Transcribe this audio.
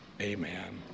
amen